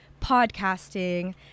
podcasting